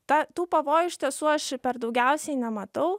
ta tų pavojų iš tiesų aš per daugiausiai nematau